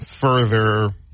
further